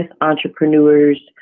entrepreneurs